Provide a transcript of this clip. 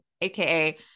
AKA